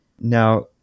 Now